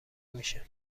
میشه